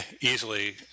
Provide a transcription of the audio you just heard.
easily